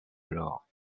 alors